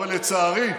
אבל לצערי,